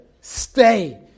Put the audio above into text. Stay